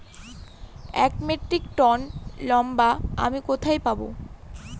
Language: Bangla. এক মেট্রিক টন লঙ্কা আমি কোথায় পাবো?